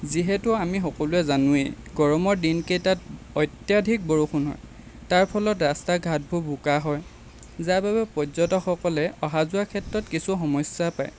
যিহেতু আমি সকলোৱে জানোৱেই গৰমৰ দিনকেইটাত অত্যাধিক বৰষুণ হয় তাৰ ফলত ৰাস্তা ঘাটবোৰ বোকা হয় যাৰ বাবে পৰ্যটকসকলে অহা যোৱাৰ ক্ষেত্ৰত কিছু সমস্য়া পায়